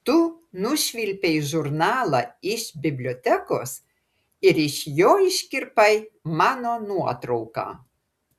tu nušvilpei žurnalą iš bibliotekos ir iš jo iškirpai mano nuotrauką